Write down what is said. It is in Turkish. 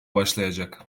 başlayacak